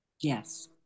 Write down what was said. Yes